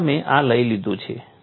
અને તમે આ લઈ લીધું છે